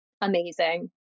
amazing